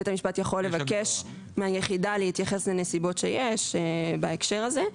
בית המשפט יכול לבקש מהיחידה להתייחס לנסיבות שיש בהקשר הזה.